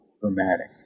dramatic